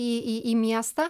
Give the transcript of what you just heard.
į į į miestą